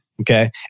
Okay